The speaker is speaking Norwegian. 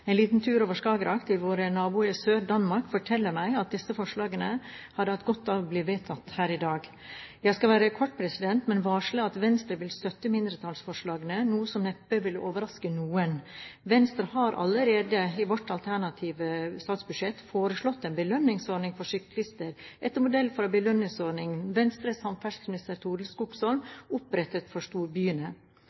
En liten tur over Skagerrak til vår nabo i sør, Danmark, forteller meg at disse forslagene hadde hatt godt av å bli vedtatt her i dag. Jeg skal være kort, men vil varsle at Venstre vil støtte mindretallsforslagene, noe som neppe vil overraske noen. Venstre har allerede i sitt alternative statsbudsjett foreslått en belønningsordning for syklister, etter modell fra den belønningsordningen Venstres samferdselsminister Torild Skogsholm opprettet for